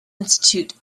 institute